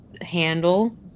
handle